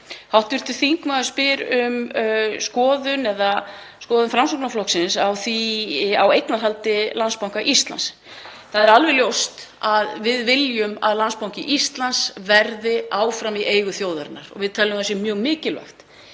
allt. Hv. þingmaður spyr um skoðun Framsóknarflokksins á eignarhaldi Landsbanka Íslands. Það er alveg ljóst að við viljum að Landsbanki Íslands verði áfram í eigu þjóðarinnar og við teljum að það sé mjög mikilvægt.